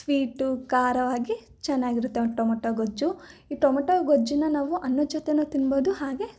sweet ಖಾರವಾಗಿ ಚೆನ್ನಾಗಿರುತ್ತೆ tomato ಗೊಜ್ಜು ಈ ಟೊಮೊಟೋ ಗೊಜ್ಜನ್ನ ನಾವು ಅನ್ನದ ಜೊತೆನೂ ತಿನ್ಬೋದು ಹಾಗೆ